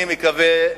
אני מקווה,